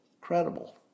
credible